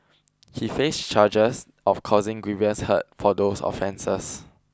he faced charges of causing grievous hurt for these offences